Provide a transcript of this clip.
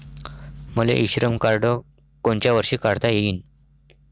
मले e Shram card कोनच्या वर्षी काढता येईन?